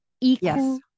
equal